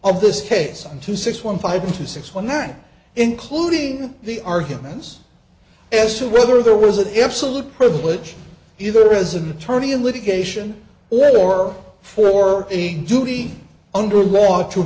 of this case on two six one five two six one nine including the arguments as to whether there was an absolute privilege either as an attorney in litigation or for a duty under law to